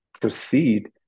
proceed